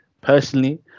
personally